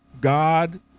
God